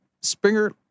Springer